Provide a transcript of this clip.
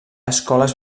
escoles